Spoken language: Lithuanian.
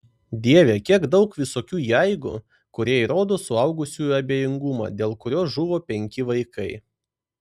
dieve kiek daug visokių jeigu kurie įrodo suaugusiųjų abejingumą dėl kurio žuvo penki vaikai